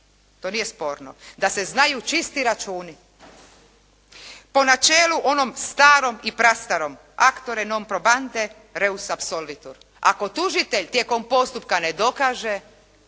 To nije sporno da se znaju čisti računi po načelu onom starom i prastarom actore non probante reus apsolvitur. Ako tužitelj tijekom postupka ne dokaže